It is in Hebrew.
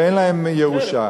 ואין להם ירושה.